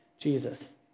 Jesus